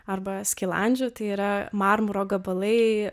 arba skilandžiu tai yra marmuro gabalai